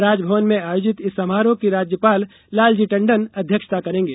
राजभवन में आयोजित इस समारोह की राज्यपाल लालजी टंडन अध्यक्षता करेंगे